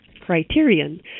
criterion